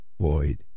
void